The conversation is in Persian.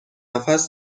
نفس